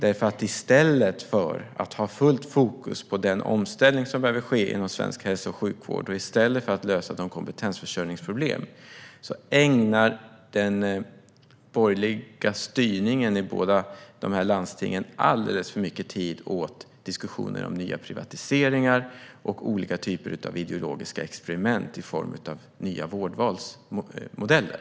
I stället för att ha fullt fokus på den omställning som behöver ske inom svensk hälso och sjukvård och i stället för att lösa de kompetensförsörjningsproblem som finns ägnar den borgerliga styrningen i båda de här landstingen alldeles för mycket tid åt diskussioner om nya privatiseringar och olika typer av ideologiska experiment i form av nya vårdvalsmodeller.